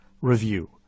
Review